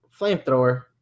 Flamethrower